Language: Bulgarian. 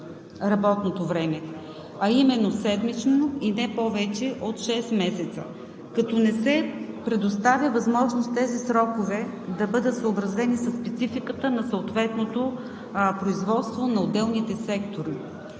работното време, а именно седмично и не повече от шест месеца, като не се предоставя възможност тези срокове да бъдат съобразени със спецификата на съответното производство на отделните сектори.